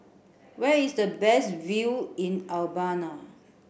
where is the best view in Albania